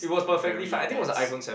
very intense